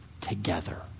together